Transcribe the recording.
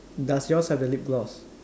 does yours have the lip gloss